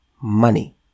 money